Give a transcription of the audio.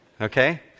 Okay